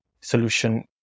solution